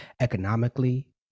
economically